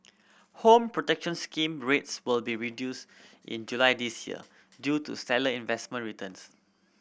Home Protection Scheme rates will be reduced in July this year due to stellar investment returns